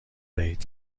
دهید